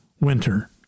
winter